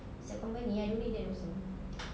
it's that company ah I don't need that also